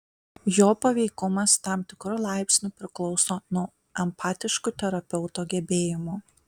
jo paveikumas tam tikru laipsniu priklauso nuo empatiškų terapeuto gebėjimų